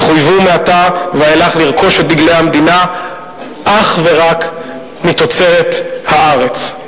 יחויבו מעתה ואילך לרכוש דגלי המדינה שהם אך ורק מתוצרת הארץ.